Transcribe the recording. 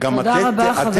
תודה רבה, חבר הכנסת.